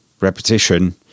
repetition